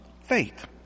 faith